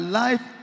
life